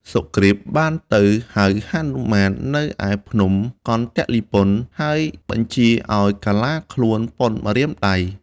សុគ្រីពបានទៅហៅហនុមាន ឯភ្នំកន្ទលីពន ហើយបញ្ជាឱ្យកាឡាខ្លួនប៉ុនម្រាមដៃ។